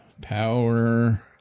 Power